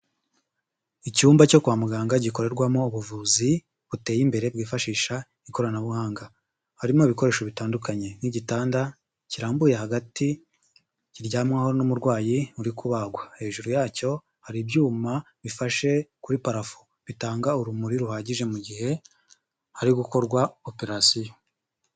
Icyumba cyo kwa muganga gikorerwamo ubuvuzi buteye imbere bwifashisha ikoranabuhanga, harimo ibikoresho bitandukanye nk'igitanda kirambuye hagati kiryamaho n'umurwayi uri kubagwa, hejuru yacyo hari ibyuma bifashe kuri parafo bitanga urumuri ruhagije mu gihe hari gukorwa operasiyo.